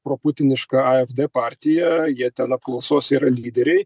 proputiniška afd partija jie ten apklausos yra lyderiai